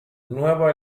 nuevos